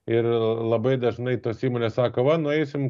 ir labai dažnai tos įmonės sako va nueisim